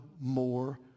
more